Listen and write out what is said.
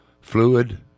fluid